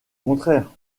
contraire